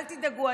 אל תדאגו,